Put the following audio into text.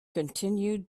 continued